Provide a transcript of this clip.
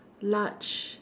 large